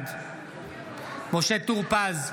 בעד משה טור פז,